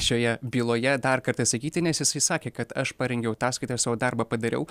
šioje byloje dar kartą sakyti nes jisai sakė kad aš parengiau ataskaitą ir savo darbą padariau